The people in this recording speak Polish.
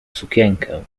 sukienkę